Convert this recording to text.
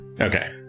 Okay